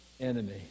enemy